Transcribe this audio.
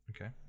Okay